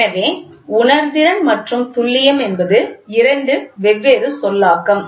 எனவே உணர்திறன் மற்றும் துல்லியம் என்பது இரண்டு வெவ்வேறு சொல்லாக்கம்